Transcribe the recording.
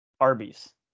arby's